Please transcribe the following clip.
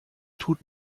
tut